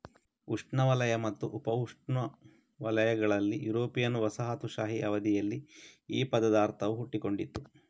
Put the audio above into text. ಉಷ್ಣವಲಯ ಮತ್ತು ಉಪೋಷ್ಣವಲಯಗಳಲ್ಲಿ ಯುರೋಪಿಯನ್ ವಸಾಹತುಶಾಹಿ ಅವಧಿಯಲ್ಲಿ ಈ ಪದದ ಅರ್ಥವು ಹುಟ್ಟಿಕೊಂಡಿತು